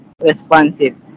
responsive